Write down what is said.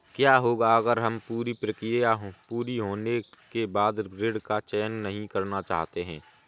क्या होगा अगर हम पूरी प्रक्रिया पूरी होने के बाद ऋण का चयन नहीं करना चाहते हैं?